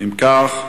אם כך,